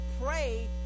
pray